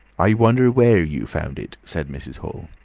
i wonder where you found it, said mrs. hall.